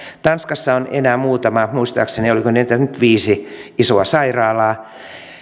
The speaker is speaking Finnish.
tanskassa on enää muutama muistaakseni oliko niitä nyt viisi isoa sairaalaa